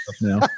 now